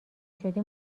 شدی